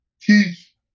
teach